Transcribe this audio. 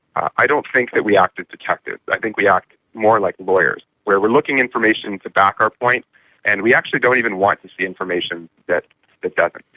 i don't think that we act as detectives, i think we act more like lawyers where we're looking for information to back our point and we actually don't even want to see information that that doesn't.